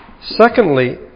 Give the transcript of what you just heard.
Secondly